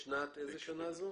באיזו שנה זה?